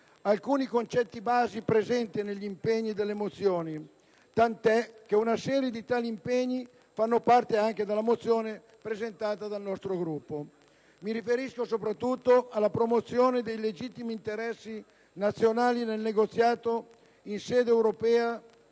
alcuni concetti base presenti negli impegni delle mozioni, tanto è vero che una serie di questi impegni fanno parte della mozione presentata dal nostro Gruppo. Mi riferisco, soprattutto, alla promozione dei legittimi interessi nazionali nel negoziato in sede europea